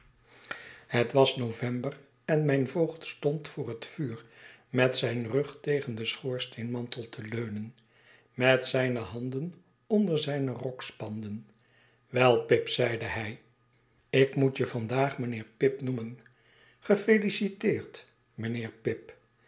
het was november en mijn voogd stond voor het vuur met zijn rug tegen den schoorsteenmantel te leunen met zijne handen onder zijne rokspanden wel pip zeide hij ik moet je vandaag mynheer pip noemen gefeliciteerd mijnheer pip